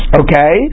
okay